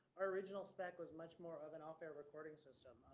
our original spec was much more of an unfair reporting system.